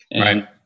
Right